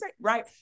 Right